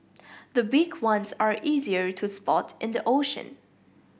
the big ones are easier to spot in the ocean